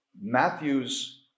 Matthew's